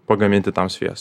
pagaminti tam svies